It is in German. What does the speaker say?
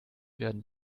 werden